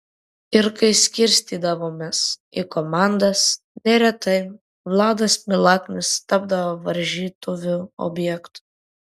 ir kai skirstydavomės į komandas neretai vladas milaknis tapdavo varžytuvių objektu